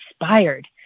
inspired